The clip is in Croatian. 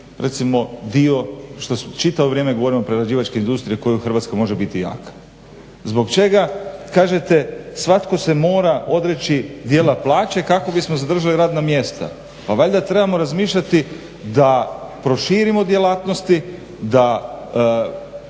recimo dio, što čitavo vrijeme govorimo, prerađivačke industrije koja u Hrvatskoj može biti jaka. Zbog čega kažete svatko se mora odreći dijela plaće kako bismo zadržali radna mjesta. Pa valjda trebamo razmišljati da proširimo djelatnosti, da